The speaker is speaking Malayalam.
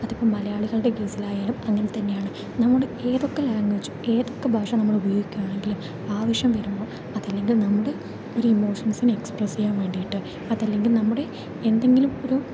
അത് ഇപ്പോൾ മലയാളികളുടെ കേസിലാണെങ്കിലും അങ്ങനൊക്കെ തന്നെയാണ് നമ്മൾ ഏതൊക്കെ ലാംഗ്വേജും ഏതൊക്കെ ഭാഷ നമ്മൾ ഉപയോഗിക്കുകയാണെങ്കിലും ആവശ്യം വരുമ്പോൾ അതല്ലങ്കിൽ നമ്മുടെ ഒരു ഇമോഷൻസും എക്സ്പ്രസ് ചെയ്യാൻ വേണ്ടിയിട്ട് അതല്ലങ്കിൽ നമ്മുടെ എന്തെങ്കിലും ഒരു